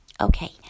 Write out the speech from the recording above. Okay